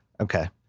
Okay